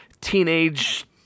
teenage